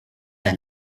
and